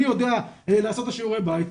אני יודע לעשות את שיעורי הבית.